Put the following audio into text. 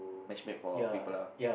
match make for people lah